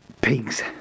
pigs